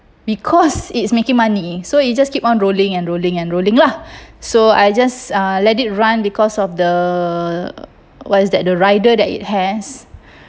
because it's making money so you just keep on rolling and rolling and rolling lah so I just uh let it run because of the what's that the rider that it has